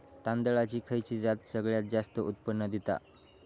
तांदळाची खयची जात सगळयात जास्त उत्पन्न दिता?